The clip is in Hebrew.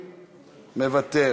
מוותר.